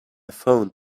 phoned